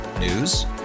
News